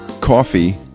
Coffee